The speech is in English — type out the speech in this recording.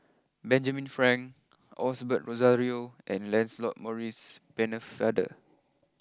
Benjamin Frank Osbert Rozario and Lancelot Maurice Pennefather